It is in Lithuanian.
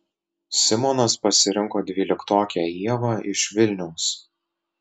simonas pasirinko dvyliktokę ievą iš vilniaus